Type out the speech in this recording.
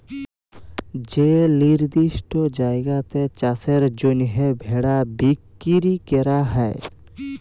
যে লিরদিষ্ট জায়গাতে চাষের জ্যনহে ভেড়া বিক্কিরি ক্যরা হ্যয়